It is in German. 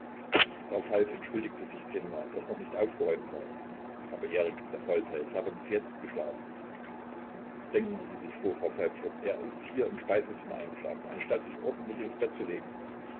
frau falk entschuldigte sich zehnmal daß noch nicht aufgeräumt sei aber erik der faulpelz habe bis jetzt geschlafen denken sie sich fuhr frau falk fort er ist hier im speisezimmer eingeschlafen anstatt sich ordentlich ins bett zu legen